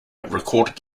recorded